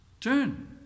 turn